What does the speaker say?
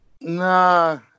No